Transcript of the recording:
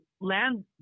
land